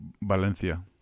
Valencia